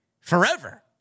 forever